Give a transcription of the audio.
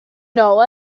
know